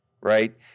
right